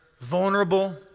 vulnerable